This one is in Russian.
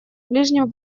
ближнем